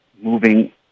moving